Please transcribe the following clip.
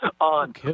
on